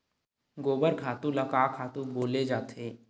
गोबर खातु ल का खातु बोले जाथे?